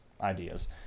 ideas